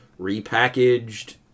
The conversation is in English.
repackaged